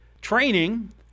training